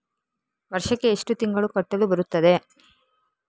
ವರ್ಷಕ್ಕೆ ಎಷ್ಟು ತಿಂಗಳು ಕಟ್ಟಲು ಬರುತ್ತದೆ?